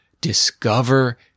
Discover